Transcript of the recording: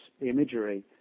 imagery